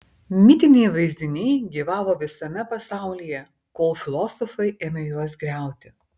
mitiniai vaizdiniai gyvavo visame pasaulyje kol filosofai ėmė juos griauti